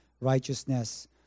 righteousness